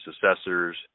successors